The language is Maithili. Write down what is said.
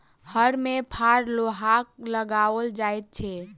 हर मे फार लोहाक लगाओल जाइत छै